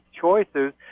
choices